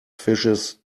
fishes